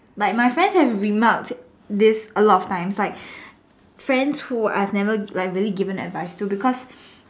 like my friends have remarked this a lot of times like friends who I've never like really given advice to because